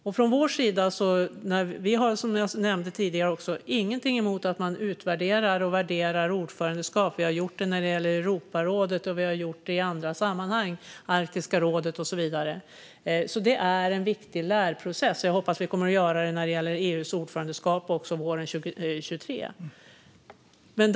Vi från vår sida har, som jag nämnde tidigare, ingenting emot att man utvärderar och värderar ordförandeskap. Vi har gjort det när det gäller Europarådet, Arktiska rådet och så vidare. Det är en viktig lärprocess. Jag hoppas att vi kommer att göra det när det gäller EU-ordförandeskapet våren 2023 också.